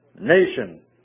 nation